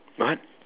what